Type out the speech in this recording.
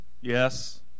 Yes